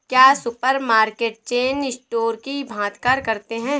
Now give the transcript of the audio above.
क्या supermarket chain store की भांति कार्य करते हैं?